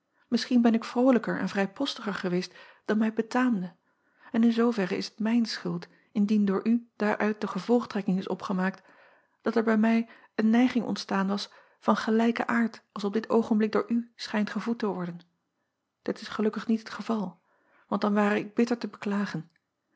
misschien ben ik vrolijker en vrijpostiger geweest dan mij betaamde en in zooverre is het mijne schuld indien door u daaruit de gevolgtrekking is opgemaakt dat er bij mij eene neiging ontstaan was van gelijken aard als op dit oogenblik door u schijnt gevoed te worden it is gelukkig niet het geval want dan ware ik bitter te beklagen